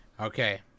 Okay